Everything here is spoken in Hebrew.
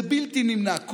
זה בלתי נמנע.